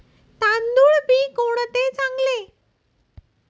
तांदूळ बी कोणते चांगले?